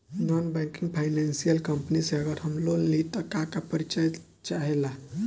Non banking financial company से अगर हम लोन लि त का का परिचय चाहे ला?